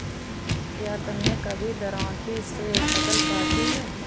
क्या तुमने कभी दरांती से फसल काटी है?